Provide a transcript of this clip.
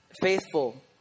faithful